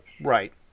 Right